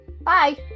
Bye